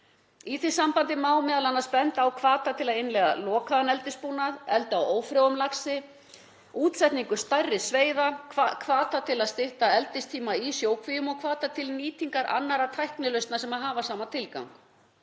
Í því sambandi má m.a. benda á hvata til að innleiða lokaðan eldisbúnað, eldi á ófrjóum laxi, útsetningu stærri seiða, hvata til að stytta eldistíma í sjókvíum og hvata til nýtingar annarra tæknilausna sem hafa sama tilgang.